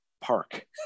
park